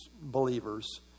believers